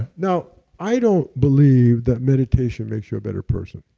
now, i don't believe that meditation makes you a better person.